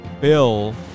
Bill